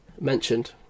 mentioned